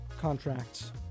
contracts